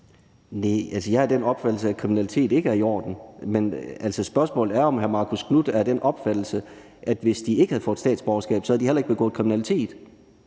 ikke af den opfattelse, at kriminalitet er i orden. Men spørgsmålet er, om hr. Marcus Knuth er af den opfattelse, at de, hvis de ikke havde fået statsborgerskab, heller ikke havde begået kriminalitet.